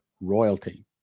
royalty